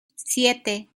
siete